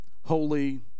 holy